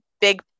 big